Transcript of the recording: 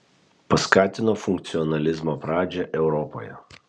paskatino funkcionalizmo pradžią europoje